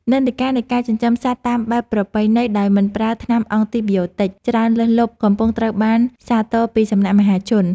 និន្នាការនៃការចិញ្ចឹមសត្វតាមបែបប្រពៃណីដោយមិនប្រើថ្នាំអង់ទីប៊ីយោទិចច្រើនលើសលប់កំពុងត្រូវបានសាទរពីសំណាក់មហាជន។